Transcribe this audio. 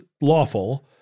lawful